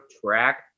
track